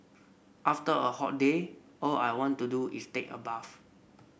after a hot day all I want to do is take a bath